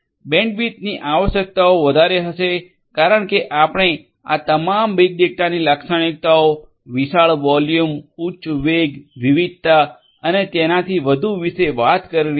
બેન્ડવિડ્થની આવશ્યકતાઓ વધારે હશે કારણ કે આપણે આ તમામ બીગ ડેટાની લાક્ષણિકતાઓ વિશાળ વોલ્યુમ ઉચ્ચ વેગ વિવિધતા અને તેનાથી વધુ વિશે વાત કરી રહ્યા છો